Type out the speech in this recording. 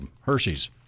Hershey's